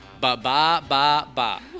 ba-ba-ba-ba